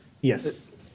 yes